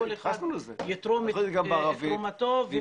וכל אחד יתרום את תרומתו.